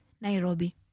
Nairobi